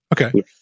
Okay